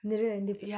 niru indipiya